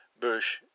Bush